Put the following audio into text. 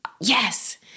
Yes